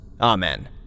Amen